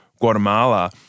Guatemala